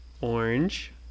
Orange